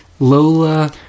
Lola